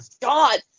God